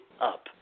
up